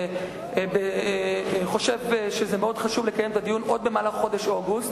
והוא חושב שמאוד חשוב לקיים את הדיון עוד במהלך חודש אוגוסט.